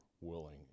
willing